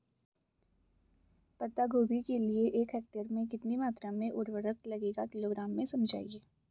पत्ता गोभी के लिए एक हेक्टेयर में कितनी मात्रा में उर्वरक लगेगा किलोग्राम में समझाइए?